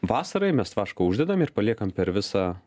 vasarai mes vašką uždedam ir paliekam per visą